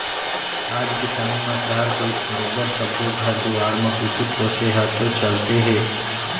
आज के समे म सहर कोइत बरोबर सब्बो घर दुवार म कुकुर पोसे ह तो चलते हे